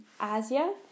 Asia